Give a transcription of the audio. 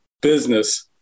business